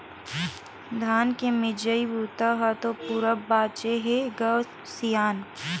धान के मिजई बूता ह तो पूरा बाचे हे ग सियान